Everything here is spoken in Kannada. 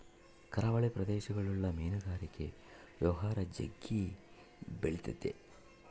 ಕರಾವಳಿ ಪ್ರದೇಶಗುಳಗ ಮೀನುಗಾರಿಕೆ ವ್ಯವಹಾರ ಜಗ್ಗಿ ಬೆಳಿತತೆ